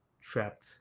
trapped